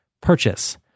purchase